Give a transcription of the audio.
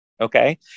okay